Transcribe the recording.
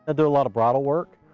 ah do a lot of bridal work.